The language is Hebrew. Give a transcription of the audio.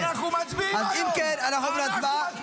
אם כן, אנחנו עוברים להצבעה.